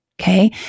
Okay